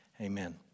Amen